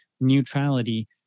neutrality